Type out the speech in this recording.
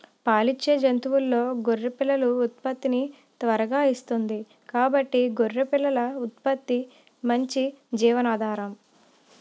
పాలిచ్చే జంతువుల్లో గొర్రె పిల్లలు ఉత్పత్తిని త్వరగా ఇస్తుంది కాబట్టి గొర్రె పిల్లల ఉత్పత్తి మంచి జీవనాధారం